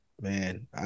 Man